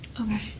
Okay